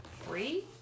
three